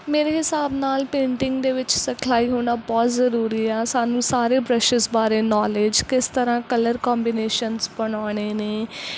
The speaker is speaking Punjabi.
ਮੇਰੇ ਹਿਸਾਬ ਨਾਲ ਪੇਂਟਿੰਗ ਦੇ ਵਿੱਚ ਸਿਖਲਾਈ ਹੋਣਾ ਬਹੁਤ ਜ਼ਰੂਰੀ ਆ ਸਾਨੂੰ ਸਾਰੇ ਬ੍ਰਸ਼ਿਸ਼ ਬਾਰੇ ਨੌਲੇਜ ਕਿਸ ਤਰ੍ਹਾਂ ਕਲਰ ਕੋਂਬੀਨੇਸ਼ਨਸ ਬਣਾਉਣੇ ਨੇ